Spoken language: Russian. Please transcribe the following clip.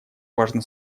важно